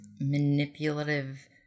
manipulative